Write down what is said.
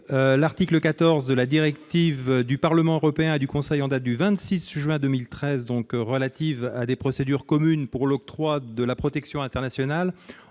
l'article 14 de la directive du Parlement européen et du Conseil du 26 juin 2013 relative à des procédures communes pour l'octroi et le retrait de la protection internationale